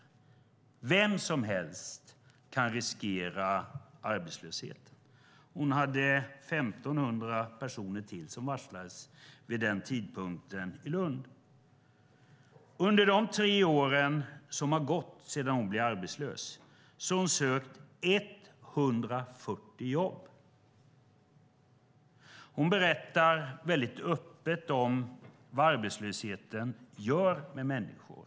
Men vem som helst riskerar att bli arbetslös. Det var 1 500 personer till som varslades i Lund vid den tidpunkten. Under de tre år som gått sedan hon blev arbetslös har hon sökt 140 jobb. Hon berättar öppet vad arbetslösheten gör med människor.